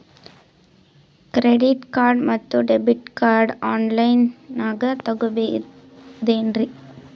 Credit card ಮತ್ತು debit card ಆನ್ ಲೈನಾಗ್ ತಗೋಬಹುದೇನ್ರಿ?